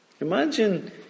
Imagine